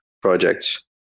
Projects